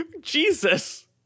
Jesus